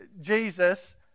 Jesus